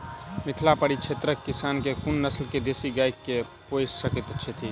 मिथिला परिक्षेत्रक किसान केँ कुन नस्ल केँ देसी गाय केँ पोइस सकैत छैथि?